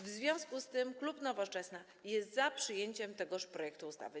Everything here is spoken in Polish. W związku z tym klub Nowoczesna jest za przyjęciem tego projektu ustawy.